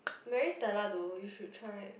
Maris-Stella though you should try